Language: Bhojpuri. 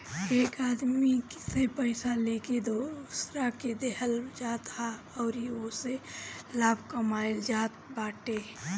एक आदमी से पइया लेके दोसरा के देवल जात ह अउरी ओसे लाभ कमाइल जात बाटे